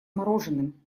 мороженым